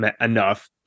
enough